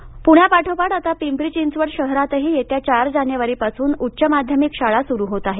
शाळा पिंपरी पुण्यापाठोपाठ आता पिंपरी चिंचवड शहरातही येत्या चार जानेवारीपासून उच्च माध्यमिक शाळा सुरू होत आहेत